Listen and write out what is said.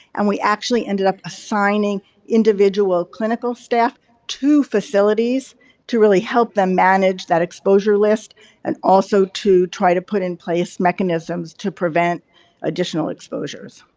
and we actually ended up assigning individual clinical staff to facilities to really help them manage that exposure list and also to try to put in place mechanisms to prevent additional exposures.